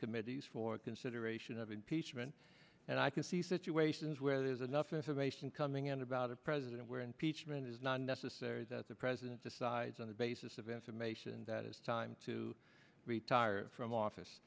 committees for consideration of impeachment and i can see situations where there is enough information coming in about a president where impeachment is not necessary that the president decides on the basis of information that is time to retire from office